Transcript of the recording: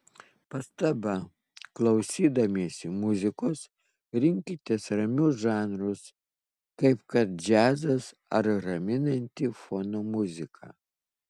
pastaba klausydamiesi muzikos rinkitės ramius žanrus kaip kad džiazas ar raminanti fono muzika